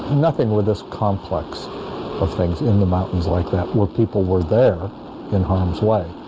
nothing with this complex of things in the mountains like that where people were there in harm's way